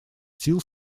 сил